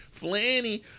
Flanny